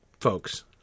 folks